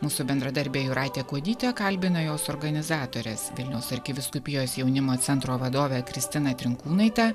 mūsų bendradarbė jūratė kuodytė kalbino jos organizatorės vilniaus arkivyskupijos jaunimo centro vadovė kristina trinkūnaitė